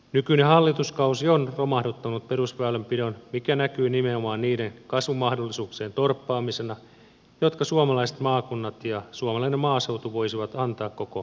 nykyinen hallituskausi on romahduttanut perusväylänpidon mikä näkyy nimenomaan niiden kasvumahdollisuuksien torppaamisena jotka suomalaiset maakunnat ja suomalainen maaseutu voisivat antaa koko kansantaloudelle